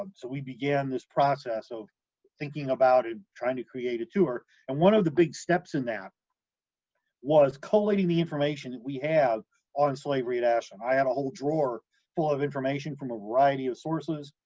um so we began this process of thinking about it and trying to create a tour and one of the big steps in that was collating the information that we have on slavery at ashland. i had a whole drawer full of information from a variety of sources,